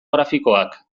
grafikoak